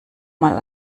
mal